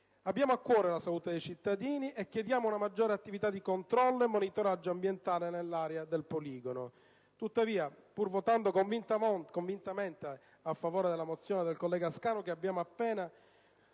Abbiamo a cuore la salute dei cittadini e chiediamo una maggiore attività di controllo e monitoraggio ambientale nell'area del poligono. Tuttavia, pur votando convintamente a favore della mozione Scanu, alla quale abbiamo appena